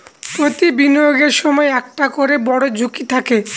প্রতি বিনিয়োগের সময় একটা করে বড়ো ঝুঁকি থাকে